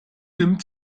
nimmt